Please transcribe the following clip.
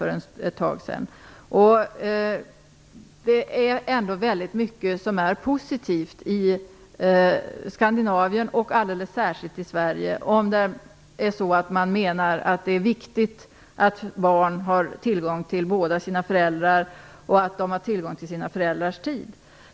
Det är ändå väldigt mycket som är positivt i Skandinavien och alldeles särskilt i Sverige, om man menar att det är viktigt att barn har tillgång till båda sina föräldrar och att de har tillgång till sina föräldrars tid.